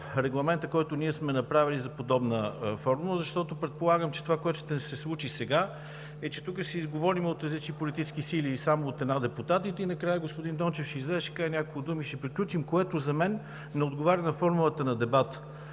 регламента, който сме направили за подобна формула, защото предполагам, че това, което ще се случи сега, е, че тук ще говорят депутатите от различните политически сили, или само от една политическа сила, а накрая господин Дончев ще излезе, ще каже няколко думи и ще приключим. За мен това не отговаря на формулата на дебата.